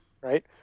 Right